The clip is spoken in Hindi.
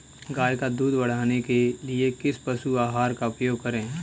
गाय का दूध बढ़ाने के लिए किस पशु आहार का उपयोग करें?